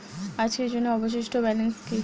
আজকের জন্য অবশিষ্ট ব্যালেন্স কি?